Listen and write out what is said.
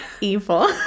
evil